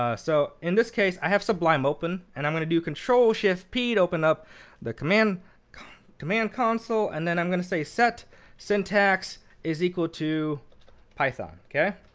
ah so in this case, i have sublime open. and i'm going to do a control shift p to open up the command command console. and then i'm going to say set syntax is equal to python. ok.